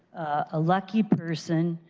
a lucky person,